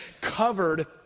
covered